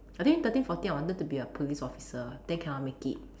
I think thirteen fourteen I wanted to be a police officer then cannot make it